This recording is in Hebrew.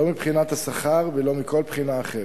לא מבחינת השכר ולא מכל בחינה אחרת.